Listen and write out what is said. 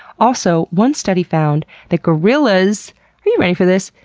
also, one study found that gorillas are you ready for this?